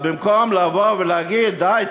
במקום לבוא ולהגיד: די,